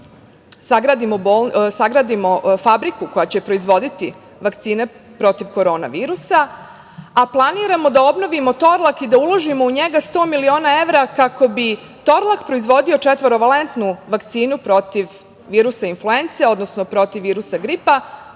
sagradimo fabriku koja će proizvoditi vakcine protiv korona virusa, a planiramo da obnovimo "Torlak" i da uložimo u njega 100.000.000 evra, kako bi "Torlak" proizvodio četvorovalentnu vakcinu protiv virusa influence, odnosno protiv virusa gripa,